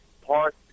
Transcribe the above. Park